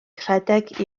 rhedeg